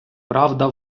правда